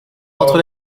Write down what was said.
entre